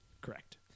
Correct